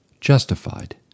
justified